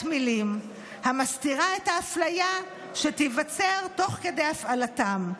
מילים המסתירה את האפליה שתיווצר תוך כדי הפעלתן.